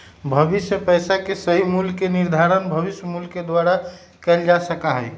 भविष्य में पैसा के सही मूल्य के निर्धारण भविष्य मूल्य के द्वारा कइल जा सका हई